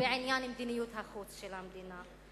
ובעניין מדיניות החוץ של המדינה.